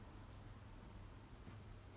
innovated into this